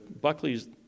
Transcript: Buckley's